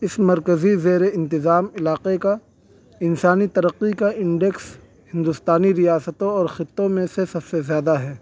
اس مرکزی زیر انتظام علاقے کا انسانی ترقی کا انڈیکس ہندوستانی ریاستوں اور خطوں میں سے سب سے زیادہ ہے